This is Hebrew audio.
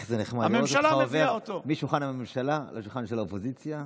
איך זה נחמד לראות אותך עובר משולחן הממשלה לשולחן של האופוזיציה.